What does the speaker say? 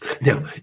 Now